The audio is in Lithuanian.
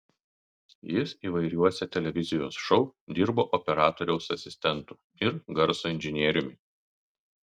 jis įvairiuose televizijos šou dirbo operatoriaus asistentu ir garso inžinieriumi